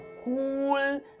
cool